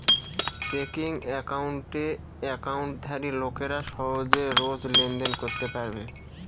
checking একাউণ্টে একাউন্টধারী লোকেরা সহজে রোজ লেনদেন করতে পারবে